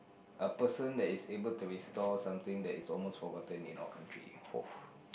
a person that is able to restore something that is almost forgotten in our country